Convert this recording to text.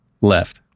left